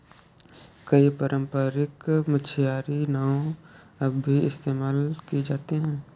कई पारम्परिक मछियारी नाव अब भी इस्तेमाल की जाती है